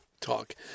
talk